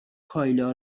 کایلا